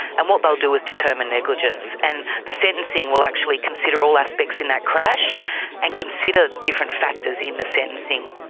and what they'll do is determine negligence, and the sentencing will actually consider all aspects in that crash and consider different factors in the sentencing.